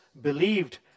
believed